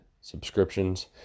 subscriptions